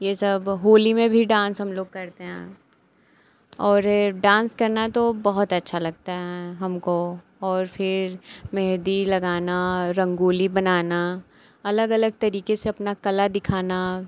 ये सब होली में भी डांस हम लोग करते हैं और ये डांस करना तो बहुत अच्छा लगता है हमको और फिर मेहंदी लगाना रंगोली बनाना अलग अलग तरीक़े से अपनी कला दिखाना